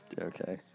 Okay